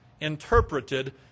interpreted